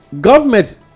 government